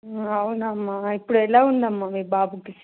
అవునా అమ్మ ఇప్పుడు ఎలా ఉందమ్మ మీ బాబుకి